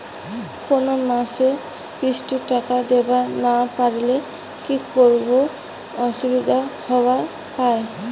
কোনো মাসে কিস্তির টাকা দিবার না পারিলে কি রকম অসুবিধা হবার পায়?